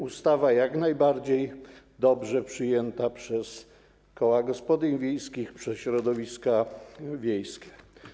Ustawa jak najbardziej została dobrze przyjęta przez koła gospodyń wiejskich, przez środowiska wiejskie.